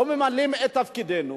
לא ממלאים את תפקידנו.